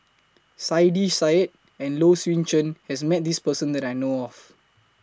Saiedah Said and Low Swee Chen has Met This Person that I know of